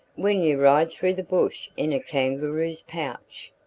when you ride through the bush in a kangaroo's pouch.